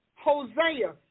Hosea